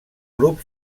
grup